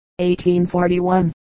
1841